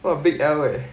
what a big L eh